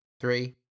Three